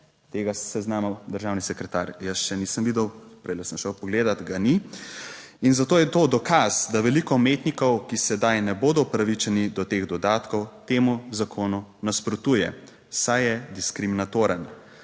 Tega seznama državni sekretar, jaz še nisem videl. Prej sem šel pogledat, ga ni in zato je to dokaz, da veliko umetnikov, ki sedaj ne bodo upravičeni do teh dodatkov, temu zakonu nasprotuje, saj je diskriminatoren